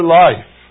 life